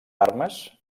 armes